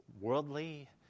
worldly